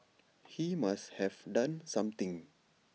he must have done something